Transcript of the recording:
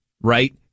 right